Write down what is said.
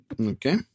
Okay